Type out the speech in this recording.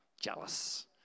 jealous